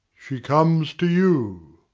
she comes to you.